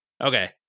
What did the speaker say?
Okay